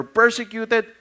persecuted